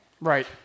Right